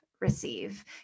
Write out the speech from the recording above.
receive